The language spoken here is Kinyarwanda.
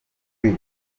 weah